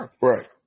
Right